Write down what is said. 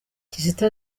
kizito